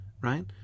right